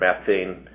methane